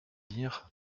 lire